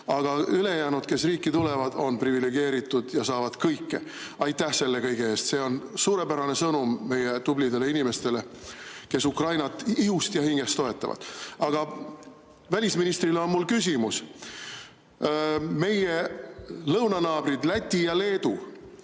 Aga ülejäänud, kes riiki tulevad, on privilegeeritud ja saavad kõike. Aitäh selle kõige eest! See on suurepärane sõnum meie tublidele inimestele, kes Ukrainat ihust ja hingest toetavad. Aga välisministrile on mul küsimus. Meie lõunanaabrid Läti ja Leedu